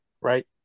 right